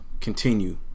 continue